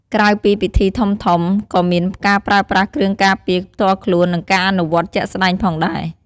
ក្រៅពីពិធីធំៗ ក៏មានការប្រើប្រាស់គ្រឿងការពារផ្ទាល់ខ្លួន និងការអនុវត្តជាក់ស្តែងផងដែរ។